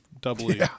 doubly